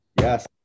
yes